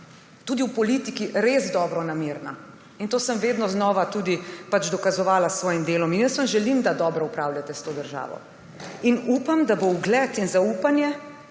tudi v politiki res dobronamerna in to sem vedno znova pač tudi dokazovala s svojim delom in jaz vam želim, da dobro upravljate s to državo, in upam, da bo ugled in zaupanje